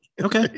Okay